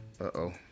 Uh-oh